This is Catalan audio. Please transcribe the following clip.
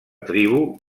tribu